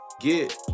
Get